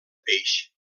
peix